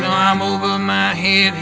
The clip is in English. um over my head